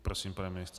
Prosím, pane ministře.